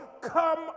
come